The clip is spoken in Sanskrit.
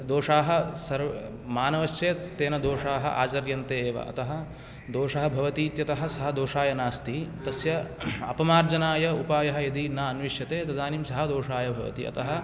दोषाः सर् मानवस्सस्तेन दोषाः आचर्यन्ते एव अतः दोषः भवति इत्यतः सः दोषाय नास्ति तस्य अपमार्जनाय उपायः यदि न अन्वीष्यते तदानीम् स दोषाय भवति अतः